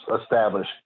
establish